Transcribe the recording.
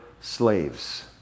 slaves